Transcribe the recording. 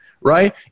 right